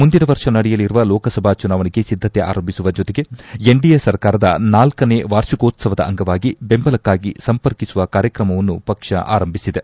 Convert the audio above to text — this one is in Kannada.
ಮುಂದಿನ ವರ್ಷ ನಡೆಯಲಿರುವ ಲೋಕಸಭಾ ಚುನಾವಣೆಗೆ ಸಿದ್ದತೆ ಆರಂಭಿಸುವ ಜೊತೆಗೆ ಎನ್ಡಿಎ ಸರ್ಕಾರದ ನಾಲ್ಗನೇ ವಾರ್ಷಿಕೋತ್ಸವದ ಅಂಗವಾಗಿ ಬೆಂಬಲಕ್ಕಾಗಿ ಸಂಪರ್ಕಿಸುವ ಕಾರ್ಯತ್ರಮವನ್ನು ಪಕ್ಷ ಆರಂಭಿಸಿದೆ